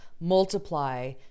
multiply